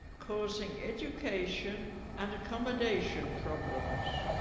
causing education and accommodation problems